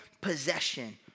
possession